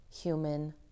human